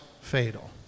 fatal